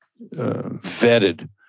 vetted